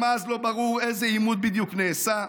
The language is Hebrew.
גם אז לא ברור איזה עימות בדיוק נעשה.